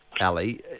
Ali